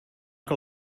que